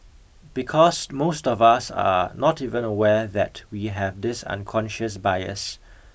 because most of us are not even aware that we have this unconscious bias